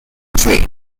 trade